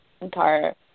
entire